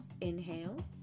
Inhale